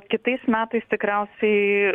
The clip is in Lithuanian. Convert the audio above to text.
kitais metais tikriausiai